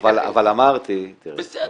אבל אמרתי --- בסדר.